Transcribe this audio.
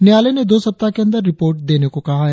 न्यायालय ने दो सप्ताह के अंदर रिपोर्ट देने को कहा है